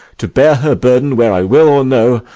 to bear her burden, whe'er i will or no,